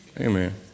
Amen